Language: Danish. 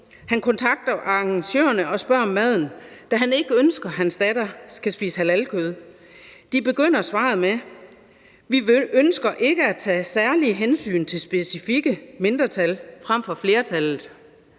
Han kontakter arrangørerne og spørger om maden, da han ikke ønsker, at hans datter skal spise halalkød. De begynder svaret med: Vi ønsker ikke at tage særlige hensyn til specifikke mindretal frem for flertallet.